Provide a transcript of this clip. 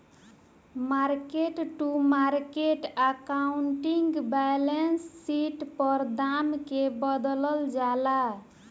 market to market accounting balance sheet पर दाम के बदलल जाला